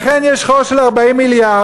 לכן יש חור של 40 מיליארדים.